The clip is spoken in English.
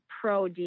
pro